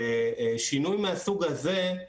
שינוי מהסוג הזה,